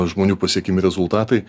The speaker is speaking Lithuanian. žmonių pasiekiami rezultatai